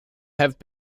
have